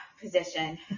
position